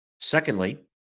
Secondly